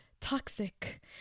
toxic